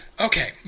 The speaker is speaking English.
Okay